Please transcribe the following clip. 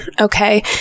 okay